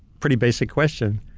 pretty basic question.